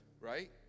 right